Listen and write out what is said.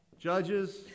Judges